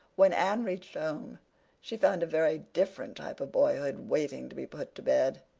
when anne reached home she found a very different type of boyhood waiting to be put to bed.